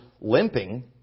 limping